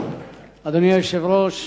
אדוני היושב-ראש,